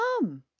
Come